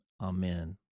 Amen